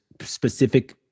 specific